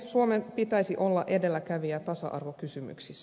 suomen pitäisi olla edelläkävijä tasa arvokysymyksissä